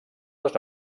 les